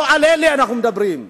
לא על אלה אנחנו מדברים.